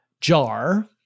jar